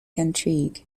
intrigue